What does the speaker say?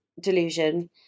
delusion